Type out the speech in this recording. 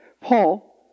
Paul